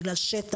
או בגלל שטח,